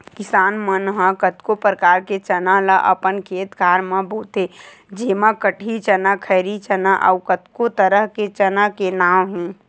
किसान मन ह कतको परकार के चना ल अपन खेत खार म बोथे जेमा कटही चना, खैरी चना अउ कतको तरह के चना के नांव हे